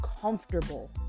comfortable